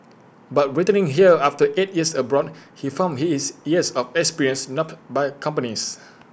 but returning here after eight years abroad he found his years of experience not by companies